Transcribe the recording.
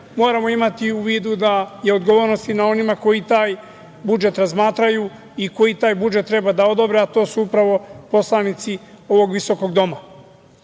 moramo imati u vidu da je odgovornost i na onima koji taj budžet razmatraju i koji taj budžet treba da odobre, a to su upravo poslanici ovog visokog